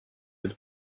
had